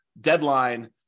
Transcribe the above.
deadline